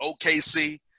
OKC